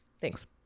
Thanks